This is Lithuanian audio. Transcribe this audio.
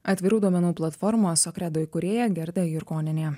atvirų duomenų platformos okredo įkūrėja gerda jurkonienė